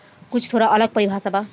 कुछ थोड़ा अलग परिभाषा बा